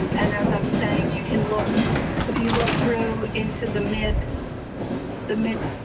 and as i was saying, you can look if you look through into the mid the mid